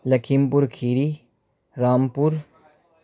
لکھیم پور کھیری رام پور